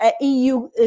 EU